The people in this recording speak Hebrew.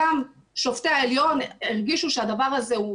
גם שופטי העליון הרגישו שהדבר הזה הוא